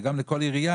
וגם לכל עירייה,